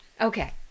Okay